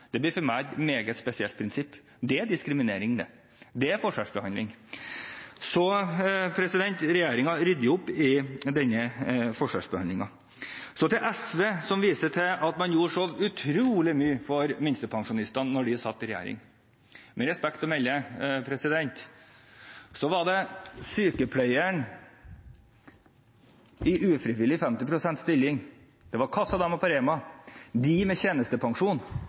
Det er for meg et meget spesielt prinsipp. Det er diskriminering, det. Det er forskjellsbehandling. Regjeringen rydder opp i denne forskjellsbehandlingen. Så til SV, som viser til at da de satt i regjering, gjorde man så utrolig mye for minstepensjonistene. Med respekt å melde var det sykepleieren i ufrivillig 50 pst. stilling, det var kassadama på REMA, det var de med tjenestepensjon